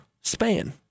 span